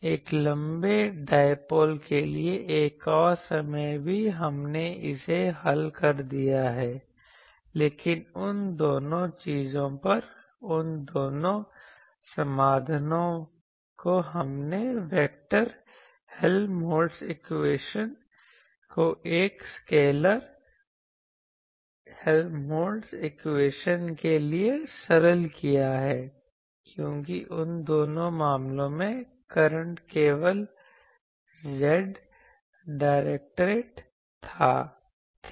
एक लंबे डिपोल के लिए एक और समय भी हमने इसे हल कर दिया है लेकिन उन दोनों चीजों पर उन दोनों समाधानों को हमने वेक्टर हेल्महोल्ट्ज़ इक्वेशन को एक स्केलर हेल्महोल्ट्ज़ इक्वेशन के लिए सरल किया है क्योंकि उन दोनों मामलों में करंट केवल Z डायरेक्टेड थे